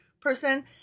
person